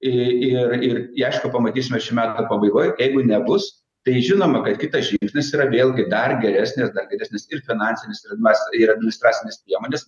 į ir ir jį aišku pamatysime šių metų pabaigoj jeigu nebus tai žinoma kad kitas žingsnis yra vėlgi dar geresnis dar didesnis ir finansinis ritmas ir administracinės priemonės